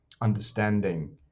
understanding